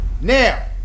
Now